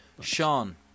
Sean